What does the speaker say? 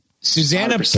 Susanna